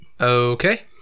Okay